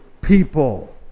people